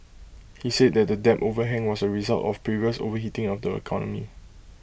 he said that the debt overhang was A result of previous overheating of the economy